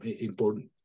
important